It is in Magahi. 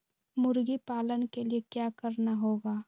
मुर्गी पालन के लिए क्या करना होगा?